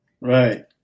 Right